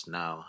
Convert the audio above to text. now